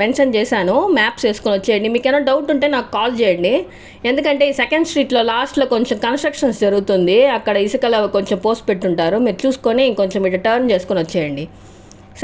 mention చేశాను maps వేసుకొని వచ్చేయండి మీకు ఏమైనా డౌట్ ఉంటే నాకు కాల్ చేయండి ఎందుకంటే సెకండ్ స్ట్రీట్లో లాస్ట్లో కొంచెం కన్స్ట్రక్షన్స్ జరుగుతుంది అక్కడ ఇసుక అవి కొంచెం పోసి పెట్టుంటారు మీరు చూసుకొని కొంచెం ఇటు టర్న్ చేసుకోనొచ్చేయండి